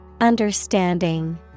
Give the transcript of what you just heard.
Understanding